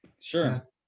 Sure